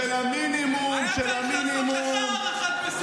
איזו הערכת מסוכנות?